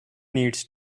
needs